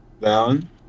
Down